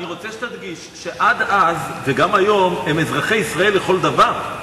אני רוצה שתדגיש שעד אז וגם היום הם אזרחי ישראל לכל דבר.